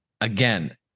Again